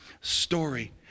story